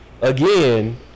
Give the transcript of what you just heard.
again